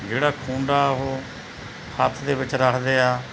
ਜਿਹੜਾ ਖੂੰਡਾ ਉਹ ਹੱਥ ਦੇ ਵਿੱਚ ਰੱਖਦੇ ਆ